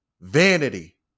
Vanity